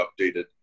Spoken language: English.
updated